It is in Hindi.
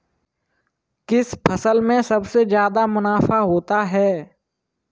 किस फसल में सबसे जादा मुनाफा होता है?